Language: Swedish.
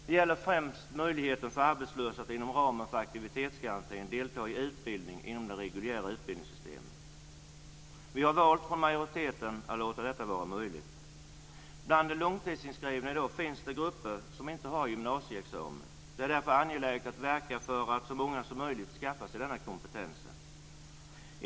Det gäller främst möjligheten för arbetslösa att inom ramen för aktivitetsgarantin delta i utbildning inom det reguljära utbildningssystemet. Bland de långtidsinskrivna finns det grupper som inte har gymnasieexamen. Det är därför angeläget att verka för att så många som möjligt skaffar sig denna kompetens.